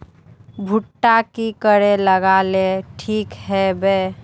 भुट्टा की करे लगा ले ठिक है बय?